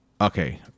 okay